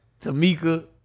tamika